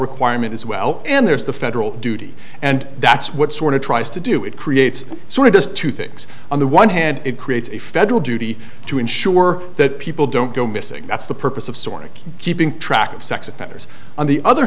requirement as well and there's the federal duty and that's what sort of tries to do it creates so it does two things on the one hand it creates a federal duty to ensure that people don't go missing that's the purpose of sort of keeping track of sex offenders on the other